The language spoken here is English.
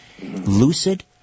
lucid